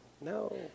No